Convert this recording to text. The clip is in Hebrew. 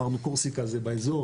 אמרנו שקורסיקה זה באזור,